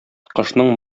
кошның